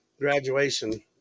graduation